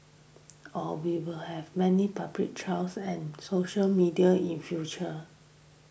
or we will have many public trials and social media in future